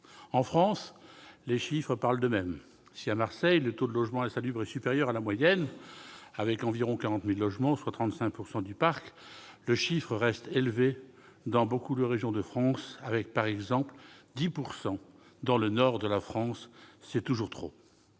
En France, les chiffres parlent d'eux-mêmes ; si le taux de logement insalubre est, à Marseille, supérieur à la moyenne, avec environ 40 000 logements, soit 35 % du parc, le chiffre reste élevé dans beaucoup de régions de France, avec, par exemple, 10 % dans le nord de la France. C'est toujours trop.